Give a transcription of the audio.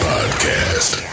Podcast